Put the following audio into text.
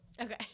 okay